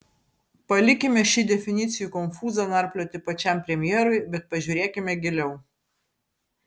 palikime šį definicijų konfūzą narplioti pačiam premjerui bet pažiūrėkime giliau